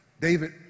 David